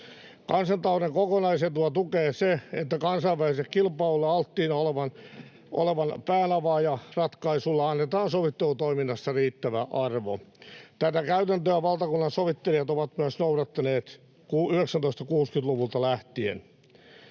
Kansantalouden kokonaisetua tukee se, että kansainväliselle kilpailulle alttiina olevan alan päänavaajaratkaisulle annetaan sovittelutoiminnassa riittävä arvo. Tätä käytäntöä valtakunnansovittelijat ovat myös noudattaneet 1960-luvulta lähtien.